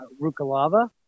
Rukalava